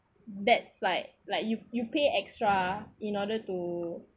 that's like like you you pay extra in order to